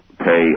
pay